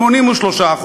83%,